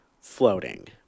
floating